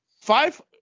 Five